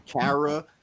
Kara